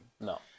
No